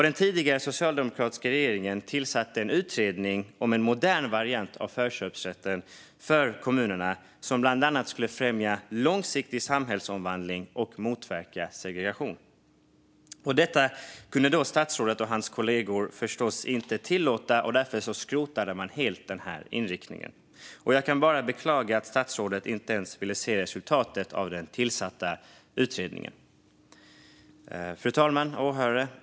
Den tidigare socialdemokratiska regeringen tillsatte en utredning om en modern variant av förköpsrätten för kommunerna, som bland annat skulle främja långsiktig samhällsomvandling och motverka segregation. Detta kunde statsrådet och hans kollegor förstås inte tillåta, och därför skrotade man helt den inriktningen. Jag kan bara beklaga att statsrådet inte ens ville se resultatet av den tillsatta utredningen. Fru talman och åhörare!